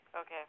Okay